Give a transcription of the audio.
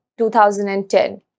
2010